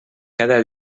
cada